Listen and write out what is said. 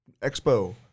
Expo